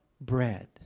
bread